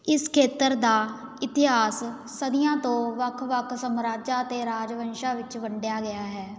ਇਸ ਖੇਤਰ ਦਾ ਇਤਿਹਾਸ ਸਦੀਆਂ ਤੋਂ ਵੱਖ ਵੱਖ ਸਮਰਾਜਾਂ ਅਤੇ ਰਾਜਵੰਸ਼ਾਂ ਵਿੱਚ ਵੰਡਿਆ ਗਿਆ ਹੈ